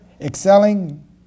excelling